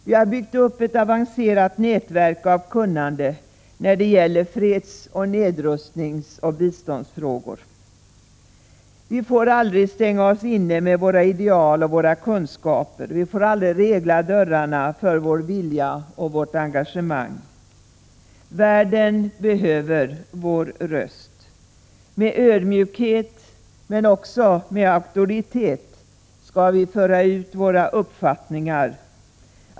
Vi har byggt upp ett avancerat nätverk av kunnande när det gäller fredsoch nedrustningssamt biståndsfrågor. Vi får aldrig stänga oss inne med våra ideal och våra kunskaper. Vi får aldrig regla dörrarna för vår vilja och vårt engagemang. Världen behöver vår röst. Med ödmjukhet, men också med auktoritet, skall vi föra ut våra uppfattningar.